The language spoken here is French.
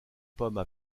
pommes